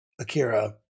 Akira